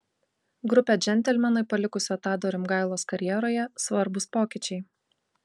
grupę džentelmenai palikusio tado rimgailos karjeroje svarbūs pokyčiai